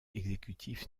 exécutif